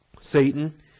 Satan